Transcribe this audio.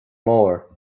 mbóthar